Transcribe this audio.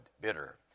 bitter